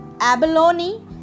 abalone